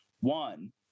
One